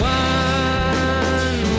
one